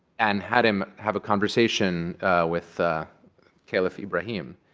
and had him have a conversation with caliph ibrahim,